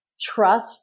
trust